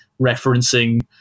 referencing